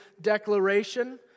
declaration